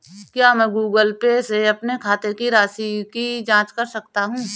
क्या मैं Google Pay से अपने खाते की शेष राशि की जाँच कर सकता हूँ?